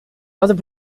other